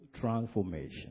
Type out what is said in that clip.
Transformation